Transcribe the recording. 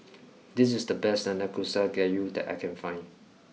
this is the best Nanakusa gayu that I can find